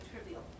trivial